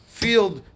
field